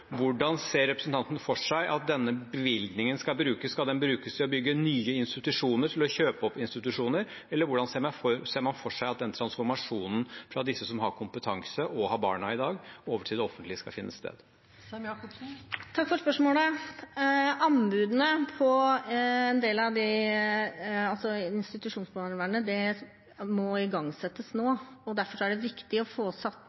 Hvordan ser representanten for seg at denne bevilgningen skal brukes? Skal den brukes til å bygge nye institusjoner, til å kjøpe opp institusjoner – eller hvordan ser man for seg at transformasjonen fra de som har kompetansen og barna i dag, over til det offentlige skal finne sted? Anbudene på en del av institusjonsbarnevernet må igangsettes nå. Derfor er det viktig å få satt